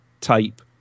type